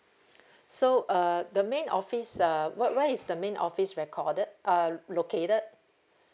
so uh the main office uh wh~ where is the main office recorded uh located